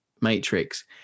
Matrix